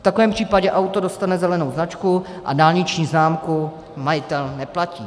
V takovém případě auto dostane zelenou značku a dálniční známku majitel neplatí.